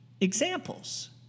Examples